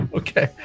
Okay